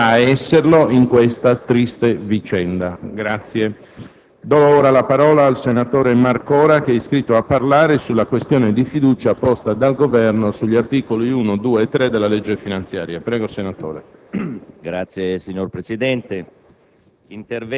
e continuerà ad esserlo in questa triste vicenda. **Sui